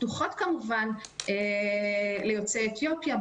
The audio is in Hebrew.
פתוחות כמובן ליוצאי אתיופיה.